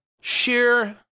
Sheer